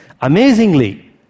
Amazingly